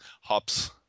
hops